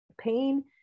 Pain